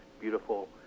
beautiful